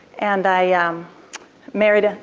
and i ah um married. ah